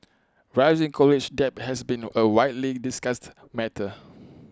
rising college debt has been A widely discussed matter